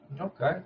Okay